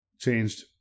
Changed